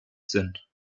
sind